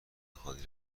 خالی